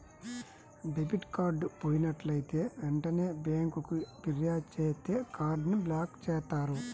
debit card పోయినట్లైతే వెంటనే బ్యేంకుకి ఫిర్యాదు చేత్తే కార్డ్ ని బ్లాక్ చేత్తారు